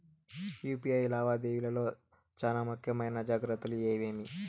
UPI లావాదేవీల లో చానా ముఖ్యమైన జాగ్రత్తలు ఏమేమి?